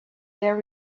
there